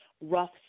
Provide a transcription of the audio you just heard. rough